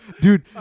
Dude